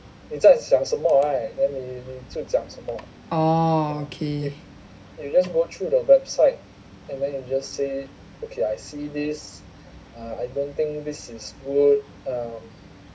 orh okay